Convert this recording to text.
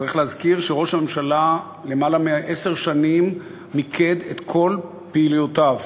צריך להזכיר שראש הממשלה למעלה מעשר שנים מיקד את כל פעילויותיו